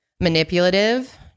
manipulative